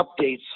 updates